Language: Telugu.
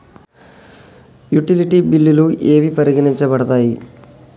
యుటిలిటీ బిల్లులు ఏవి పరిగణించబడతాయి?